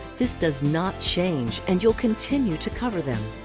this does not change and you'll continue to cover them.